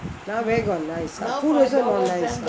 now where got a nice our food also not nice lah